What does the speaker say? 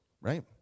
right